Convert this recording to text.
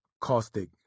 caustic